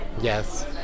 Yes